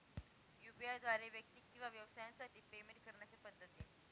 UPI द्वारे व्यक्ती किंवा व्यवसायांसाठी पेमेंट करण्याच्या पद्धती